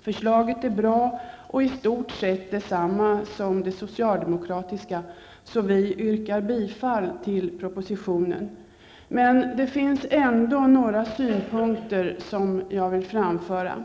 Förslaget är bra och i stort sett detsamma som det socialdemokratiska. Vi yrkar således bifall till propositionen. Några synpunkter vill jag ändå anföra.